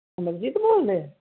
ਅਮਰਜੀਤ ਬੋਲਦੇ